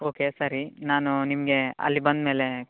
okay ಸರಿ ನಾನು ನಿಮಗೆ ಅಲ್ಲಿ ಬಂದ ಮೇಲೆ